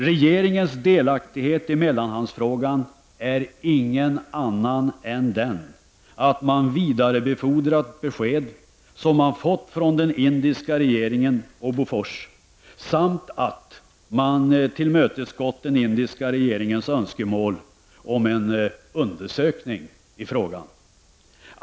Regeringens delaktighet i mellanhandsfrågan är ingen annan än den att man vidarebefordrat besked som man fått från den indiska regeringen och Bofors samt att man tillmötesgått den indiska regeringens önskemål om en undersökning i frågan.